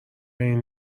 این